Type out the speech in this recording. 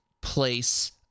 place